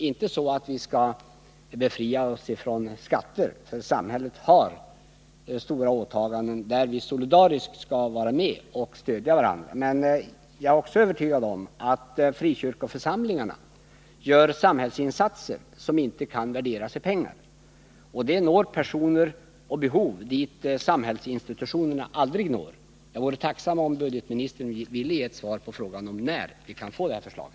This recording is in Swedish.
Inte så att vi som enskilda medlemmar skall befria oss ifrån skatter, för samhället har stora åtaganden där vi solidariskt skall vara med och stödja varandra, men jag är övertygad om att dessa församlingar gör samhällsinsatser som inte kan värderas i pengar. De insatserna når fram till personer och behov som aldrig uppmärksammas av samhällsinstitutionerna. Jag vore tacksam om budgetministern ville ge ett svar på frågan om när vi kan få det här förslaget.